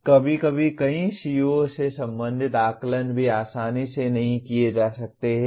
और कभी कभी कई CO से संबंधित आकलन भी आसानी से नहीं किए जा सकते हैं